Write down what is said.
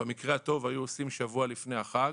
במקרה הטוב היו עושים שבוע לפני החג,